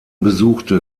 besuchte